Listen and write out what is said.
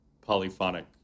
polyphonic